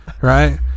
Right